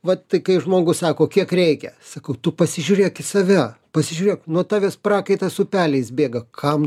vat tai kai žmogus sako kiek reikia sakau tu pasižiūrėk į save pasižiūrėk nuo tavęs prakaitas upeliais bėga kam